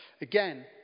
Again